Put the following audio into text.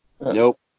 nope